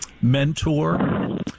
mentor